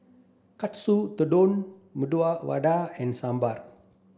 Katsu Tendon Medu Vada and Sambar